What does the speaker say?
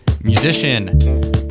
musician